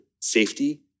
safety